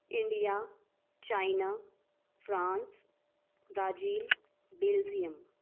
India China France Brazil Belgium